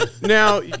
Now